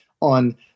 on